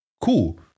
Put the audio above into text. cool